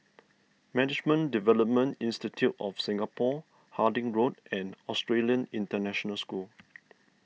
Management Development Institute of Singapore Harding Road and Australian International School